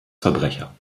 verbrecher